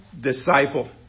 disciple